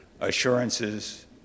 assurances